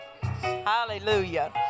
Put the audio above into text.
Hallelujah